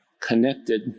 connected